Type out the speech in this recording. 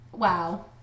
wow